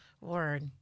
Word